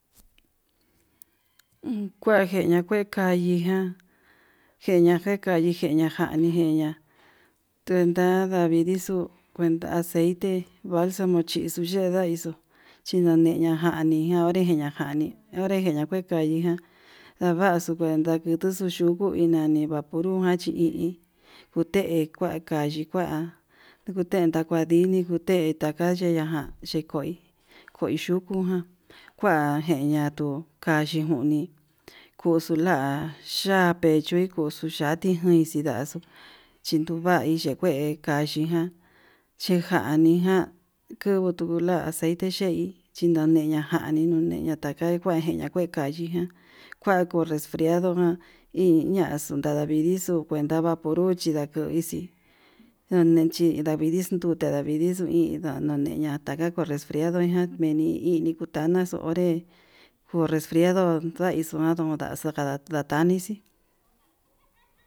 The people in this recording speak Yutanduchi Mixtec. Uun kua jenya kue kayi jan jeya kekayi jeya kuani ijeña kuenta tavii nixuu, kuenta aceite valsamo chixhuxe ndaixu chinake ña jani onre nakeña jani ndejeña kue kani ján, ndavaxu kuenta xu yuku inani vapurut jan chi hi kute kua kayii kua kute takuan dini ngute naka ye'e yangan ye'e koi ko'o yuku ján kua ngyeña tuu kua, yinjuni kuxula ya'a pechui kuxu yati kuixi laxu chinduva'í tikue kayijan chejanijan chi kutula aceite, xhei xhinande lajani kundeña taka takajiniña kue kayijan kua kuu refriado ján iin ya'a chi kadavixu kuenta vapurut chindakudixi chinati ndavidi nrute ndavixu hi nadandeña kada ko'o resfriado meni iñi kunitanaxu onré kuu resfriado ndaixujan kundani xukada tatanixi.